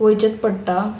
वयचेच पडटा